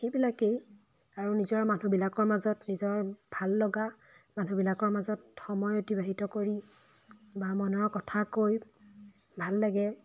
সেই বিলাকেই আৰু নিজৰ মানুহ বিলাকৰ মাজত নিজৰ ভাল লগা মানুহবিলাকৰ মাজত সময় অতিবাহিত কৰি বা মনৰ কথা কৈ ভাল লাগে